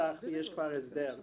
נוסח ויש כבר הסדר.